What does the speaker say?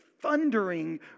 thundering